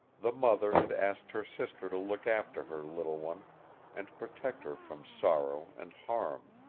the mother had asked her sister to look after her little one and protect her from sorrow and harm.